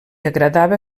agradava